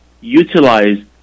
utilize